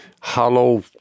hollow